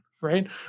right